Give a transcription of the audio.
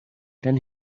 then